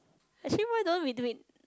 actually why don't we do it